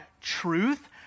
truth